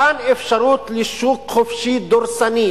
מתן אפשרות לשוק חופשי דורסני,